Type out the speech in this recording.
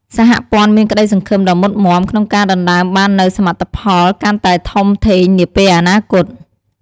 សហព័ន្ធមានក្តីសង្ឃឹមដ៏មុតមាំក្នុងការដណ្ដើមបាននូវសមិទ្ធផលកាន់តែធំធេងនាពេលអនាគត។